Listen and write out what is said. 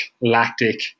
lactic